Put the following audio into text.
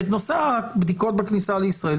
בנושא הבדיקות בכניסה לישראל,